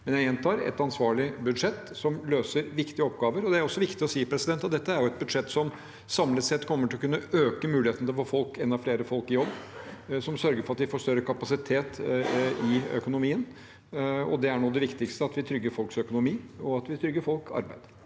Men jeg gjentar: Det er et ansvarlig budsjett som løser viktige oppgaver. Det er også viktig å si at dette er et budsjett som samlet sett kommer til å kunne øke mulighetene til å få enda flere folk i jobb, som sørger for at vi får større kapasitet i økonomien. Det er det viktigste, at vi trygger folks økonomi, og at vi trygger folk arbeid.